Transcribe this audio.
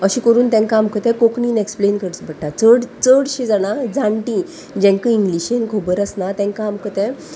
अशें करून तांकां आमकां तें कोंकणीन एक्सप्लेन करचें पडटा चड चडशीं जाणां जाणटीं जांकां इंग्लीशीन खबर आसना तांकां आमकां तें